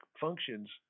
functions